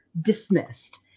dismissed